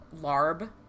larb